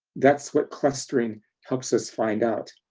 that's what clustering helps us find out.